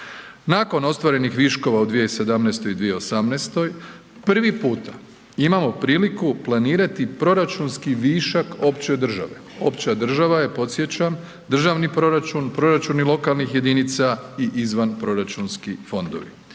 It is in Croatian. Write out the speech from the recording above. Nakon ostvarenih viškova u 2017. i 2018. prvi puta imamo planirati proračunski višak opće države. Opća država je podsjećam, državni proračun, proračuni lokalnih jedinica i izvanproračunski fondovi